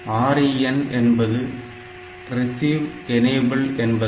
REN என்பது receive enable என்பதாகும்